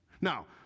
Now